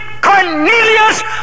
Cornelius